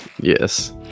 yes